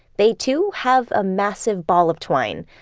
they too have a massive ball of twine,